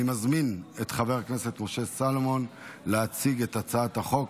אני מזמין את חבר הכנסת משה סולומון להציג את הצעת החוק.